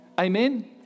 Amen